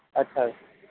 ਅੱਛਾ